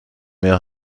mehr